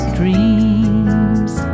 dreams